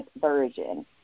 Version